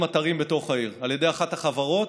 אתרים בתוך העיר על ידי אחת החברות.